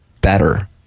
better